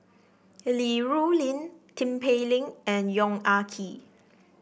Li Rulin Tin Pei Ling and Yong Ah Kee